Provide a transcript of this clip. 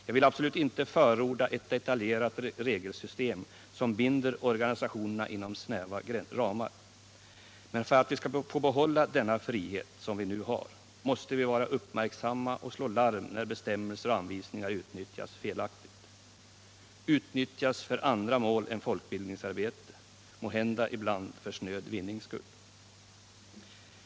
Jag vill absolut inte förorda ett detaljerat regelsystem som binder organisationerna inom snäva ramar. Men för att vi skall få behålla denna frihet, som vi nu har, måste vi vara uppmärksamma och slå larm när bestämmelser och anvisningar utnyttjas felaktigt, utnyttjas för andra mål än folkbildningsarbete, måhända ibland för snöd vinnings skull.